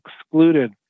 excluded